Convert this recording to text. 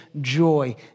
joy